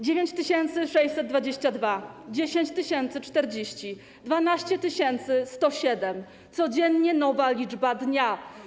9622, 10040, 12107 - codziennie nowa liczba dnia.